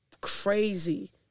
crazy